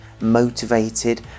motivated